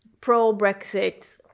pro-Brexit